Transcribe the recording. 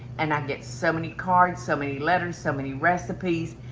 and i get so many cards, so many letters so many recipes,